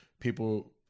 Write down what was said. people